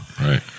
right